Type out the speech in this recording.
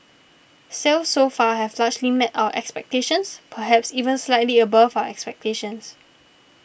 sales so far have largely met our expectations perhaps even slightly above our expectations